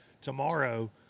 tomorrow